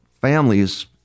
families